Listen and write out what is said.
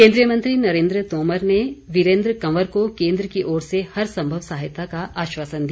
केन्द्रीय मंत्री नरेन्द्र तोमर ने वीरेन्द्र कंवर को केन्द्र की ओर से हर सम्भव सहायता का आश्वासन दिया